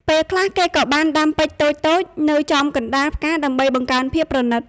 ពេលខ្លះគេក៏បានដាំពេជ្រតូចៗនៅចំកណ្តាលផ្កាដើម្បីបង្កើនភាពប្រណីត។